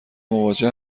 مواجه